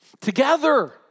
Together